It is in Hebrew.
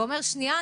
ואומר: שנייה,